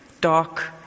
dark